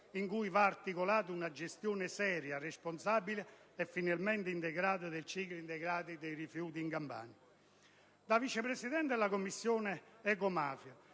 in cui va articolata una gestione seria, responsabile e finalmente integrata dei ciclo dei rifiuti in Campania. Da Vice Presidente della Commissione di